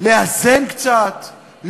לאזן קצת,